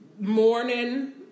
morning